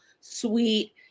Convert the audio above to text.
sweet